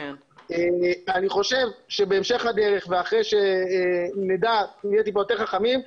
אני חושב שבהמשך הדרך ואחרי שנהיה יותר חכמים,